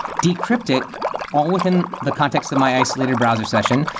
decrypt it all within the context of my isolated browser session,